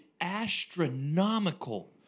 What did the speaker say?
astronomical